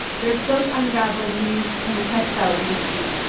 their silk unraveled and used in the textile industry.